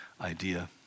idea